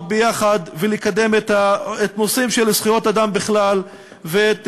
ביחד ולקדם נושאים של זכויות אדם בכלל ואת